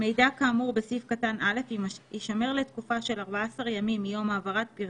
ראש השירות או מיש הוא הסמיכו לכך יסמיך בעלי תפקידים